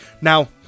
Now